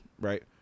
right